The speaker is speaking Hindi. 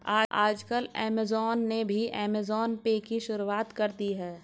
आजकल ऐमज़ान ने भी ऐमज़ान पे की शुरूआत कर दी है